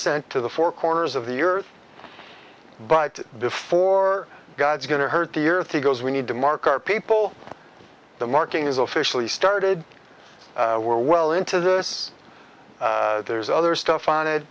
sent to the four corners of the earth but before god's going to hurt the earth he goes we need to mark our people the marking is officially started we're well into this there's other stuff on it